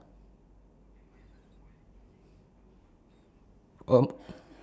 al~